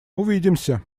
увидимся